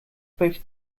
both